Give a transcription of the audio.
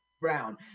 Brown